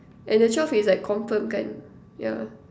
and the twelve is like confirm kan yeah